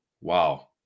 wow